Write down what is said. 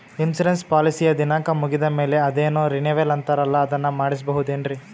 Insurance ಪಾಲಿಸಿಯ ದಿನಾಂಕ ಮುಗಿದ ಮೇಲೆ ಅದೇನೋ ರಿನೀವಲ್ ಅಂತಾರಲ್ಲ ಅದನ್ನು ಮಾಡಿಸಬಹುದೇನ್ರಿ?